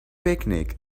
picnic